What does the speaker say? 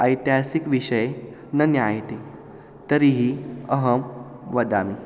ऐतिहासिकविषये न ज्ञायते तर्हि अहं वदामि